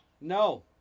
No